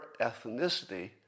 ethnicity